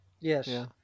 Yes